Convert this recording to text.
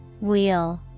Wheel